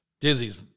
Dizzy's